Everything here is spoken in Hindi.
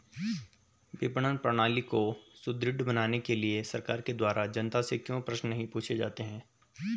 विपणन प्रणाली को सुदृढ़ बनाने के लिए सरकार के द्वारा जनता से क्यों प्रश्न नहीं पूछे जाते हैं?